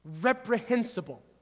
reprehensible